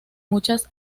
muchas